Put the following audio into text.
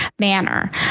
manner